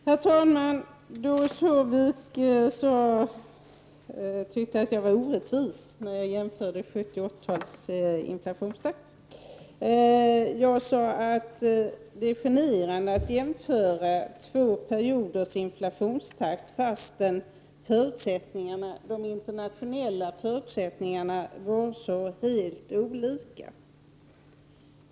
Herr talman! Doris Håvik tyckte att jag var orättvis när jag jämförde inflationstakten under 70 och 80-talen. Jag sade att det var generande att jämföra två perioders inflationstakt när de internationella förutsättningarna var så olika.